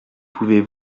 pouvez